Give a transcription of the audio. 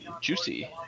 Juicy